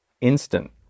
instant